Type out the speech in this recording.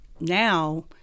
now